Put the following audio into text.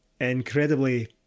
Incredibly